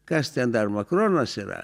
kas dar makaronas yra